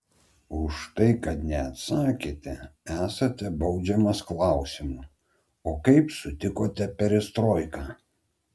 už tai kad neatsakėte esate baudžiamas klausimu o kaip sutikote perestroiką